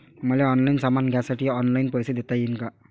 मले ऑनलाईन सामान घ्यासाठी ऑनलाईन पैसे देता येईन का?